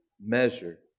measure